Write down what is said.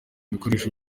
bikoresho